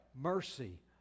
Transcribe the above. mercy